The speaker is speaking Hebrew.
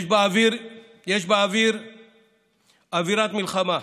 יש באוויר אווירת מלחמה,